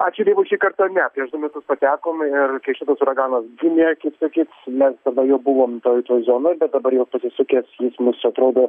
ačiū dievui šį kartą ne prieš du metus patekom ir kai šitas uraganas gimė kaip sakyt mes tada jau buvom toj toj zonoj bet dabar jau pasisukęs jis mus atrodo